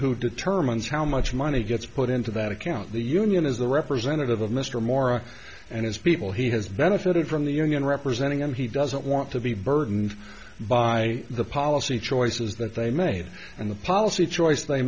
who determines how much money gets put into that account the union is the representative of mr mora and his people he has benefited from the union representing and he doesn't want to be burdened by the policy choices that they made and the policy choice they